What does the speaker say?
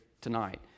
tonight